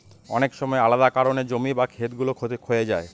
অনেক সময় আলাদা কারনে জমি বা খেত গুলো ক্ষয়ে যায়